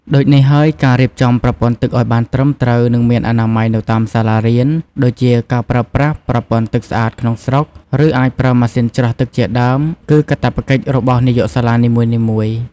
ដូចនេះហើយការរៀបចំប្រពន័្ធទឹកឲ្យបានត្រឹមត្រូវនិងមានអនាម័យនៅតាមសាលារៀន ដូចជាការប្រើប្រាស់ប្រពន្ធ័ទឺកស្អាតក្នុងស្រុក ឬអាចប្រើម៉ាសុីនច្រោះទឹកជាដើមគឺកាត្វកិច្ចរបស់នាយកសាលានីមួយៗ។